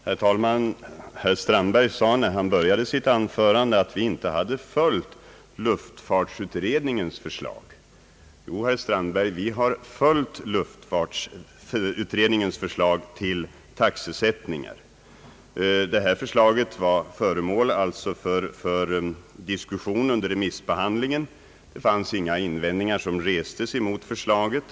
Herr talman! Herr Strandberg sade i början av sitt anförande att vi inte hade följt luftfartsutredningens förslag. Jo, herr Strandberg, vi har följt luftfartsutredningens förslag till taxesättning. Förslaget var föremål för diskussion under remissbehandlingen. Inga invändningar restes mot förslaget.